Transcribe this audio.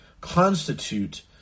constitute